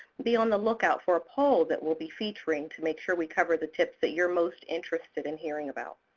be on the lookout for a poll that we'll be featuring to make sure we cover the tips that you're most interested in hearing about.